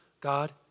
God